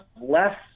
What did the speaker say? less